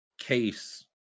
Case